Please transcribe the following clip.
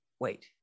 Wait